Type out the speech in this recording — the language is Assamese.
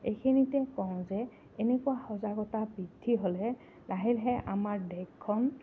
এইখিনিতে কওঁ যে এনেকুৱা সজাগতা বৃদ্ধি হ'লে লাহে লাহে আমাৰ দেশখন